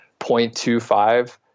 0.25